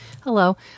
hello